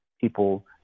people